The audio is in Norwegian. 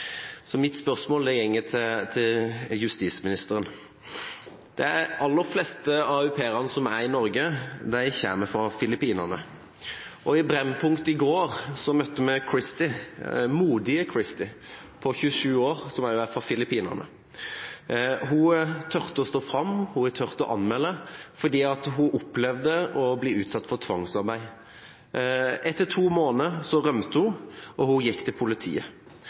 Mitt spørsmål går til justisministeren. De aller fleste av au pairene som er i Norge, kommer fra Filippinene. I Brennpunkt i går møtte vi modige Christy på 27 år, som også er fra Filippinene. Hun torde å stå fram, og hun torde å anmelde, fordi hun opplevde å bli utsatt for tvangsarbeid. Etter to måneder rømte hun, og hun gikk til politiet.